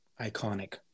iconic